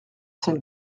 saint